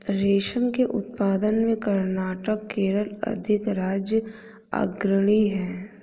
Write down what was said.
रेशम के उत्पादन में कर्नाटक केरल अधिराज्य अग्रणी है